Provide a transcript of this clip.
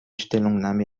stellungnahme